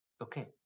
Okay